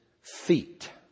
feet